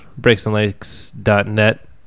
breaksandlakes.net